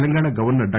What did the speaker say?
Telangana governor డా